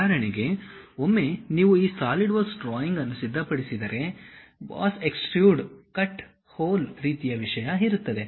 ಉದಾಹರಣೆಗೆ ಒಮ್ಮೆ ನೀವು ಈ ಸಾಲಿಡ್ವರ್ಕ್ಸ್ ಡ್ರಾಯಿಂಗ್ ಅನ್ನು ಸಿದ್ಧಪಡಿಸಿದರೆ ಬಾಸ್ ಎಕ್ಸ್ಟ್ರೂಡ್ ಕಟ್ ಹೋಲ್ ರೀತಿಯ ವಿಷಯ ಇರುತ್ತದೆ